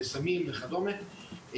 סמים וכדומה,